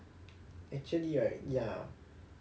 actually right ya